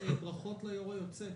וברכות ליושב-ראש היוצא,